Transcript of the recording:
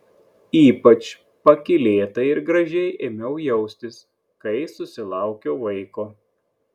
ypač pakylėtai ir gražiai ėmiau jaustis kai susilaukiau vaiko